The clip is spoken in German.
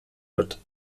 wird